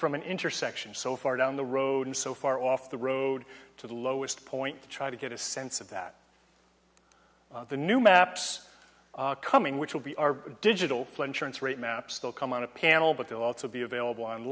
from an intersection so far down the road and so far off the road to the lowest point to try to get a sense of that the new maps coming which will be our digital maps they'll come on a panel but they'll also be available on